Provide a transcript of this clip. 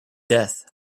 death